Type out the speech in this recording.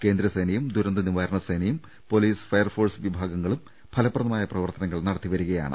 കേന്ദ്ര സേനയും ദുരന്ത നിവാരണ സേനയും പൊലീസ് ഫയർ ഫോഴ്സ് വിഭാഗവും ഫലപ്രദമായ പ്രവർത്തനങ്ങൾ നടത്തി വരികയാണ്